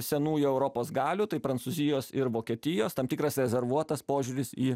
senųjų europos galių tai prancūzijos ir vokietijos tam tikras rezervuotas požiūris į